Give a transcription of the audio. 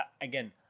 Again